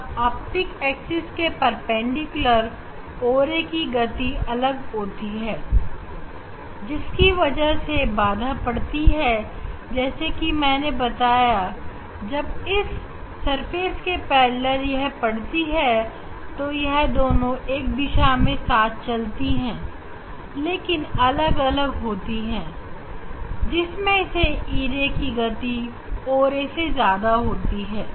आप optic axis के perpendicular o ray की गति अलग होती है जिसकी वजह से बाधा पड़ती है जैसे कि मैंने बताया जब इस सरफेस के पैरेलल यह पड़ती है तो यह दोनों एक दिशा में साथ चलती हैं लेकिन अलग अलग होती हैं जिसमें से e ray की गति o ray से ज्यादा होती है